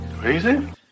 Crazy